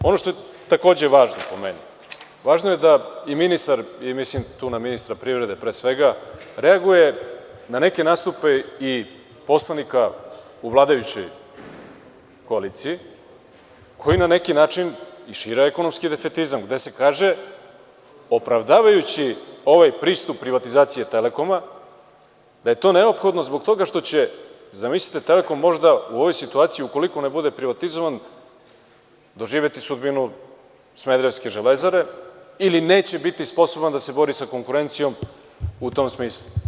Ono što je važno, po meni, mislim na ministra privrede, reaguje na neke nastupe i poslanika u vladajućoj koaliciji, koji na neki način šire ekonomski defetizam, gde se kaže, opravdajući ovaj pristup privatizacije „Telekoma“, da je to neophodno zbog toga što će, zamislite, „Telekom“ u ovoj situaciji, ukoliko ne bude privatizovan, doživeti sudbinu smederevske „Železare“ ili neće biti sposoban da se bori sa konkurencijom, u tom smislu.